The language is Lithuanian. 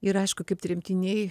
ir aišku kaip tremtiniai